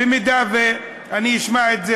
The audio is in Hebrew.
במידה שאני אשמע את זה,